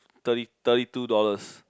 thirty thirty two dollars